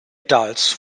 adults